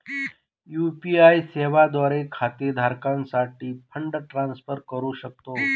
UPI सेवा द्वारे खाते धारकासाठी फंड ट्रान्सफर करू शकतो